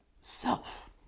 self